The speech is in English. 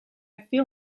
feel